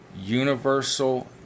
Universal